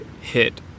hit